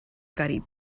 carib